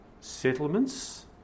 settlements